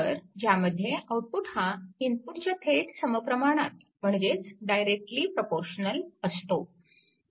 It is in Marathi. तर ज्यामध्ये आउटपुट हा इनपुटच्या थेट समप्रमाणात म्हणजेच डायरेक्टली प्रपोर्शनल असतो